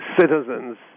citizens